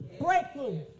Breakthrough